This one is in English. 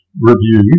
review